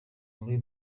muri